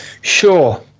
Sure